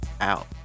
out